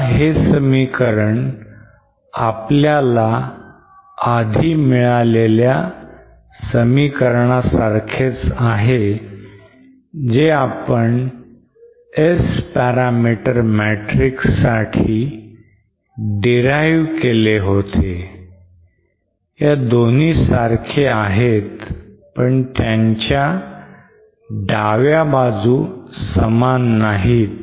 आता हे समीकरण आपल्याला आधी मिळालेल्या समीकरणासारखेच आहे जे आपण S parameter matrix साठी derive केले होते ह्या दोघ सारखे आहेत पण त्यांच्या डाव्या बाजू समान नाहीत